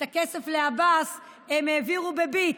את הכסף לעבאס הם העבירו בביט,